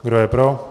Kdo je pro?